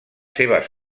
seves